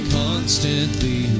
constantly